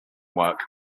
work